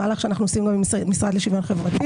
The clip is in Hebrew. זה מהלך שאנחנו עושים גם עם המשרד לשוויון חברתי.